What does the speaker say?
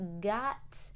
got